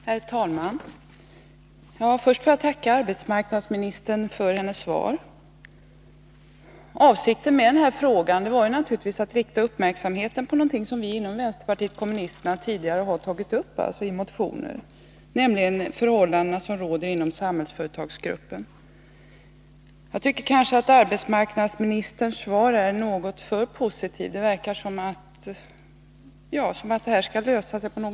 Herr talman! Jag vill först tacka arbetsmarknadsministern för hennes svar. Avsikten med frågan var naturligtvis att rikta uppmärksamheten på de förhållanden som råder inom Samhällsföretagsgruppen, någonting som vi inom vänsterpartiet kommunisterna tidigare har tagit upp i motioner. Jag tycker att arbetsmarknadsministerns svar är något för positivt. Det verkar som om detta på något sätt skall lösa sig självt.